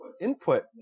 input